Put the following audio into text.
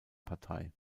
partei